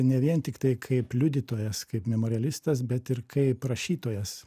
ne vien tiktai kaip liudytojas kaip memorealistas bet ir kaip rašytojas